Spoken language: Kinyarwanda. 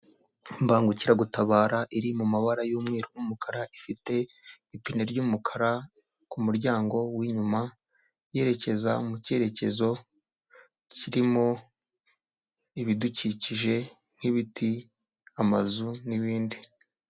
Imbangukiragutabara iri mu mabara y'umweru n'umukara, ifite ipine ry'umukara ku muryango winyuma, yerekeza mu cyerekezo kirimo ibidukikije nk'ibiti, amazu n'ibindi.